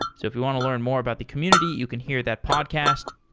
so if you want to learn more about the community, you can hear that podcast.